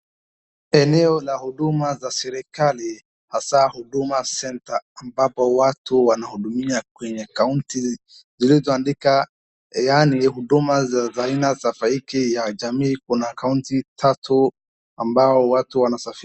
Eneo la huduma za serekali hasa huduma center ambapo watu wanahudumiwa kwenye kaunta zilizo andika yaani huduma za aina za tofauti za jamii kuna kaunta tatu ambayo watu wanasa.......